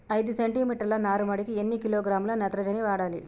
ఐదు సెంటిమీటర్ల నారుమడికి ఎన్ని కిలోగ్రాముల నత్రజని వాడాలి?